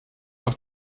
auf